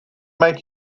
make